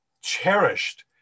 cherished